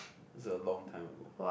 that's a long time ago